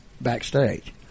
backstage